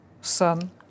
son